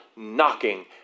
Knocking